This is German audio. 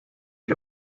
ich